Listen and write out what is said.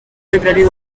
secretary